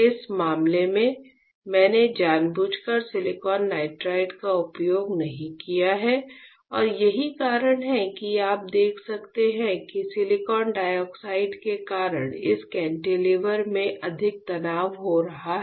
इस मामले में मैंने जानबूझकर सिलिकॉन नाइट्राइड का उपयोग नहीं किया है और यही कारण है कि आप देख सकते हैं कि सिलिकॉन डाइऑक्साइड के कारण इस केंटिलीवर में अधिक तनाव हो रहा है